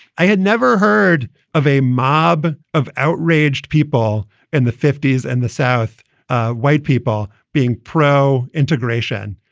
i had never heard of a mob of outraged people in the fifty s and the south ah white people being pro integration,